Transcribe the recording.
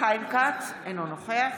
חיים כץ, אינו נוכח